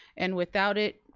and without it,